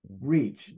reach